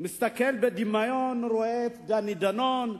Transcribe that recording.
מסתכל בדמיון ורואה את דני דנון.